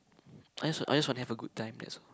I just I just wanna have a good time that's all